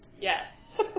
Yes